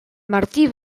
martí